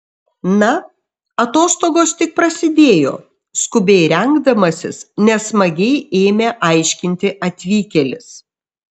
na atostogos tik prasidėjo skubiai rengdamasis nesmagiai ėmė aiškinti atvykėlis